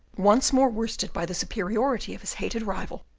once more worsted by the superiority of his hated rival,